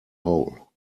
hole